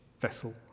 vessel